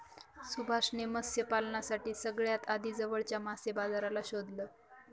सुभाष ने मत्स्य पालनासाठी सगळ्यात आधी जवळच्या मासे बाजाराला शोधलं